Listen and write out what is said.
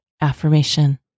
AFFIRMATION